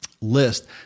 list